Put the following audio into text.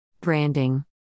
Branding